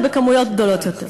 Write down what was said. ובכמויות גדולות יותר.